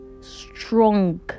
strong